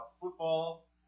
football